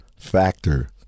factor